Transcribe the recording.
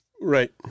Right